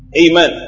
Amen